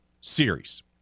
series